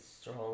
strong